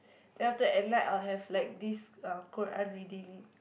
then after at night I will have like this uh Quran reading